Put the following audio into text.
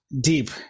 deep